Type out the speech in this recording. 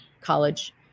college